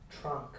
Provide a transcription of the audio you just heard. trunk